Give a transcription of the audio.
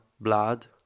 blood